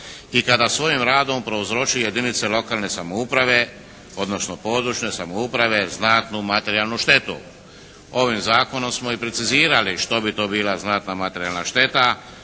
i kada svojim radom prouzročuje jedince lokalne samouprave, odnosno područne samouprave znatnu materijalnu štetu. Ovim zakonom smo i precizirali što bi to bila znatna materijalna šteta.